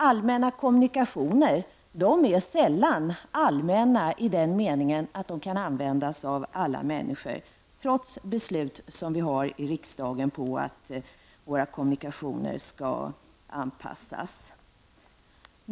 Allmänna kommunikationer är sällan allmänna i den meningen att de kan användas av alla människor, trots beslut i riksdagen om att kommunikationerna skall anpassas.